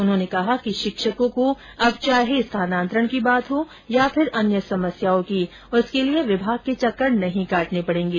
उन्होंने कहा कि शिक्षकों को अब चाहे स्थानांतरण की बात हो या फिर अन्य समस्याओं की उसके लिए विभाग के चक्कर नहीं काटने पड़ेंगे